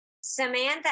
Samantha